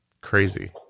crazy